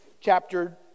chapter